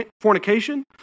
fornication